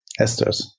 esters